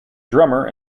drummer